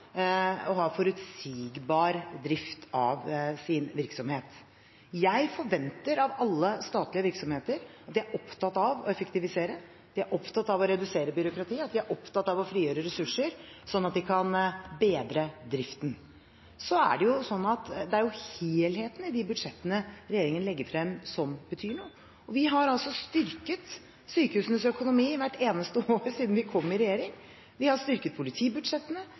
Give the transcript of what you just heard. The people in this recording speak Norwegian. ha forutsigbar drift for sin virksomhet. Jeg forventer av alle statlige virksomheter at de er opptatt av å effektivisere, at de er opptatt av å redusere byråkratiet, at de er opptatt av å frigjøre ressurser, slik at de kan bedre driften. Det er helheten i de budsjettene regjeringen legger frem, som betyr noe. Vi har styrket sykehusenes økonomi hvert eneste år siden vi kom i regjering. Vi har styrket politibudsjettene.